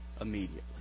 immediately